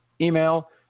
email